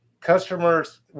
Customers